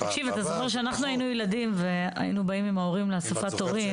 כשאנחנו היינו ילדים והיינו באים עם ההורים לאסיפת הורים,